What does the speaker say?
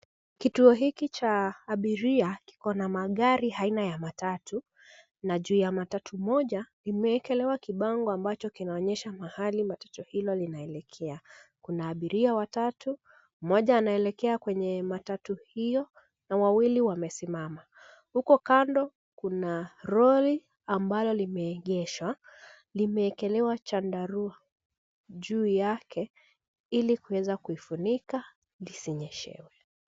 Kituo hiki cha abiria kiko na magari aina ya matatu na juu ya matatu moja imeekelewa kibango ambacho kinaonyesha mahali matatu hiyo linaelekea, kuna abiria watatu, mmoja anaelekea kwenye matatu hiyo na wawili wamesimama, huku kando kuna lori ambalo limeegeshwa limeekelewa machandarua juu yake ili kuweza kuifunika lisinyeshewe.